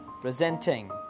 presenting